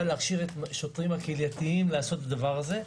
להכשיר את השוטרים הקהילתיים לעשות את הדבר הזה.